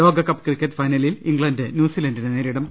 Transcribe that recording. ലോകകപ്പ് ക്രിക്കറ്റ് ഫൈനലിൽ ഇംഗ്ലണ്ട് ന്യൂസിലാന്റിനെ നേരി ടും